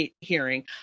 hearing